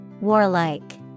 warlike